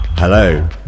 hello